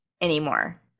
anymore